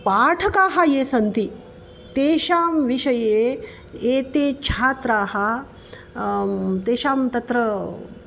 पाठकाः ये सन्ति तेषां विषये एते छात्राः तेषां तत्र